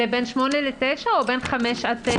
זה בין 8 ל-9 או 5 9?